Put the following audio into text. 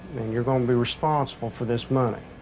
and you're gonna be responsible for this money.